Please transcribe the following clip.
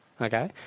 okay